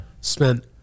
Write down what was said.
spent